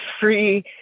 free